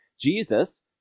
Jesus